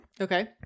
Okay